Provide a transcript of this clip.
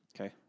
Okay